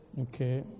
Okay